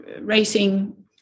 racing